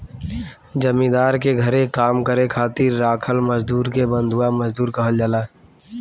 जमींदार के घरे काम करे खातिर राखल मजदुर के बंधुआ मजदूर कहल जाला